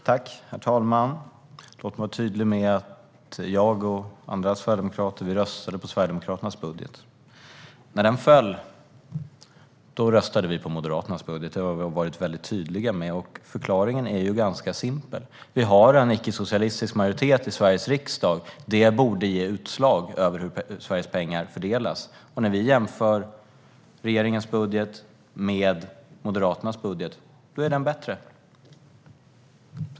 Herr talman! Låt mig vara tydlig med att jag och andra sverigedemokrater röstade på Sverigedemokraternas budget. När den föll röstade vi på Moderaternas budget. Detta har vi varit väldigt tydliga med. Förklaringen är ganska simpel: Vi har en icke-socialistisk majoritet i Sveriges riksdag, vilket borde ge utslag vad gäller hur Sveriges pengar fördelas. När vi jämför regeringens budget med Moderaternas budget tycker vi att Moderaternas budget är bättre.